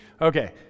Okay